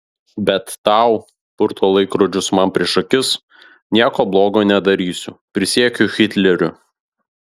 bet tau purto laikrodžius man prieš akis nieko blogo nedarysiu prisiekiu hitleriu